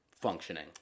functioning